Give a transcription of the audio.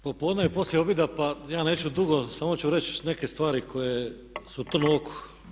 Popodne je poslije objeda pa ja neću dugo, samo ću reći neke stvari koje su trn u oku.